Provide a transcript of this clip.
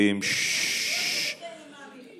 ואם לא, מאמי?